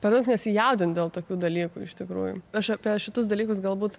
per daug nesijaudint dėl tokių dalykų iš tikrųjų aš apie šitus dalykus galbūt